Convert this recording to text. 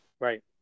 Right